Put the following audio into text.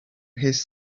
his